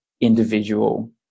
individual